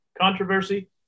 controversy